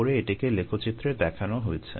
উপরে এটিকে লেখচিত্রে দেখানো হয়েছে